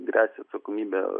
gresia atsakomybė